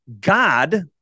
God